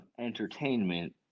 entertainment